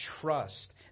trust